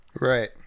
Right